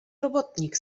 robotnik